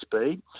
speed